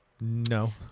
no